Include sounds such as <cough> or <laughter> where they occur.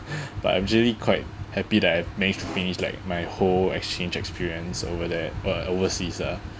<breath> but I'm actually quite happy that I've managed to finish like my whole exchange experience over there uh overseas lah